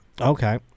Okay